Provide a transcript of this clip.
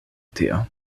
tio